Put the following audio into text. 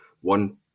one